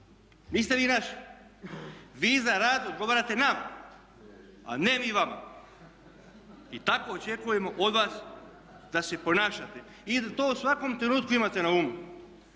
Niste vi naš. Vi za rad odgovarate nama, a ne mi vama i tako očekujemo od vas da se ponašate i da to u svakom trenutku imate na umu.